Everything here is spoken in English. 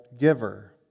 giver